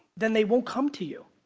then they won't come to you.